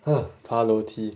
!huh! 爬楼梯